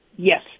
Yes